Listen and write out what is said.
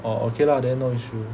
orh okay lah then no issue